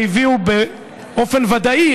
והביאו באופן ודאי,